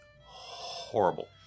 horrible